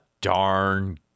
darn